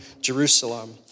Jerusalem